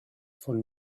von